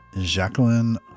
Jacqueline